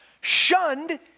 shunned